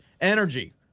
energy